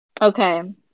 Okay